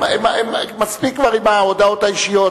מספיק כבר עם ההודעות האישיות,